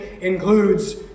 includes